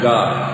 God